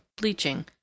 bleaching